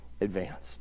advanced